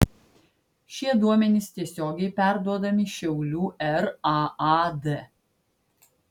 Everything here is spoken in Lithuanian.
šie duomenys tiesiogiai perduodami šiaulių raad